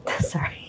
Sorry